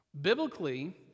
Biblically